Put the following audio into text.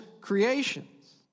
creations